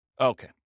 Okay